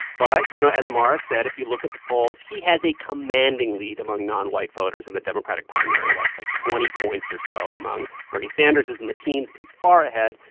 but, you know, as mara said, if you look at the polls, he has a commanding lead among non-white voters in the democratic primary like, like twenty points or so among bernie sanders is in the teens. he's far ahead.